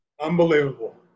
Unbelievable